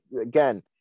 Again